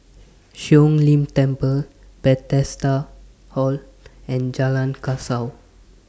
Siong Lim Temple Bethesda Hall and Jalan Kasau